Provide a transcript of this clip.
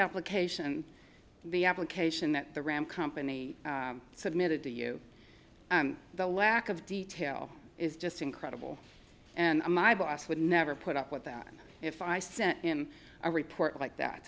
applications the application that the ram company submitted to you the lack of detail is just incredible and my boss would never put up with that if i sent him a report like that